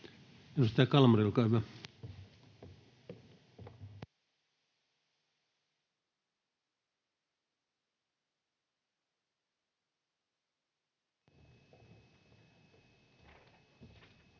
Edustaja Kalmari, olkaa hyvä.